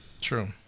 True